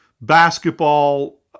basketball